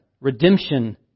Redemption